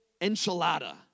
enchilada